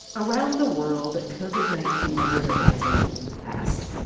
around the world, covid nineteen numbers are rising fast.